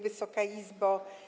Wysoka Izbo!